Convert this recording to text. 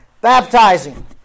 Baptizing